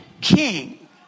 king